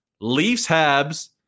Leafs-Habs